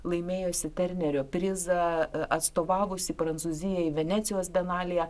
laimėjusi ternerio prizą atstovavusi prancūzijai venecijos bienalėje